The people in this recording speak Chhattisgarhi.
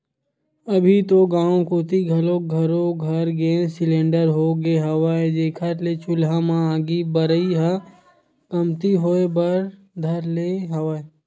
अभी तो गाँव कोती घलोक घरो घर गेंस सिलेंडर होगे हवय, जेखर ले चूल्हा म आगी बरई ह कमती होय बर धर ले हवय